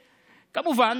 כמובן,